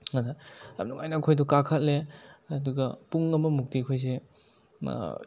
ꯑꯗ ꯌꯥꯝ ꯅꯨꯡꯉꯥꯏꯅ ꯑꯩꯈꯣꯏꯗꯣ ꯀꯥꯈꯠꯂꯦ ꯑꯗꯨꯒ ꯄꯨꯡ ꯑꯃꯃꯨꯛꯇꯤ ꯑꯩꯈꯣꯏꯁꯦ